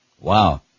Wow